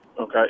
Okay